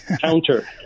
counter